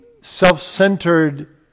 self-centered